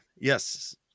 Yes